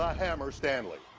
hammer stanley.